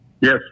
Yes